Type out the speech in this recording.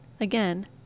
again